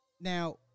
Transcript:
Now